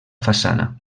façana